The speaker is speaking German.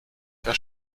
der